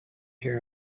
hear